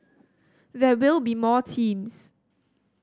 there will be more teams